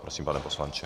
Prosím, pane poslanče.